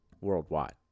worldwide